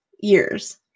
years